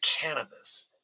cannabis